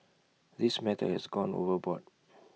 this matter has gone overboard